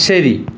ശരി